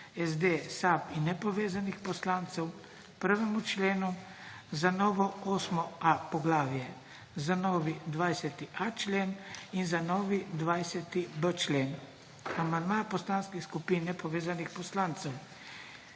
SD, SAB in nepovezanih poslancev k 1. členu za novo 8.a poglavje, za novi 20.a člen in za novi 20.b člen, amandma poslanskih skupin nepovezanih poslancev